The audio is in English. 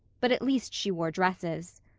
but at least she wore dresses.